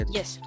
yes